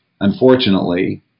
Unfortunately